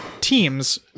teams